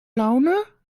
laune